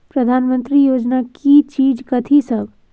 प्रधानमंत्री योजना की चीज कथि सब?